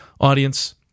audience